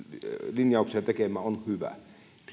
linjauksia tekemään on hyvä